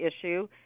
issue